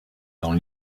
dans